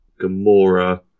Gamora